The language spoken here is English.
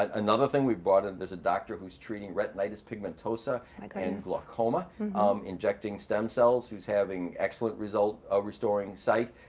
ah another thing we've brought in, there's a doctor who's treating retinitis pigmentosa and kind of glaucoma um injecting stem cells who's having excellent result of restoring sight.